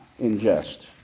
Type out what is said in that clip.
ingest